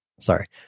Sorry